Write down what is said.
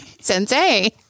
Sensei